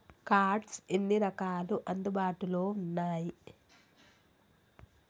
Cards ఎన్ని రకాలు అందుబాటులో ఉన్నయి?